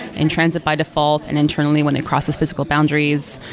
in-transit by default and internally when it crosses physical boundaries,